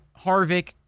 Harvick